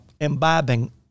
imbibing